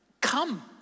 Come